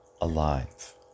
alive